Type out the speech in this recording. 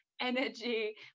energy